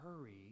hurry